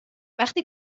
وقتی